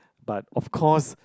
but of course